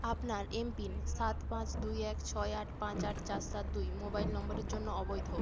আপনার M PIN সাত পাঁচ দুই এক ছয় আট পাঁচ আট চার সাত দুই মোবাইল নম্বরের জন্য অবৈধ